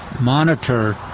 monitor